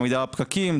עמידה בפקקים,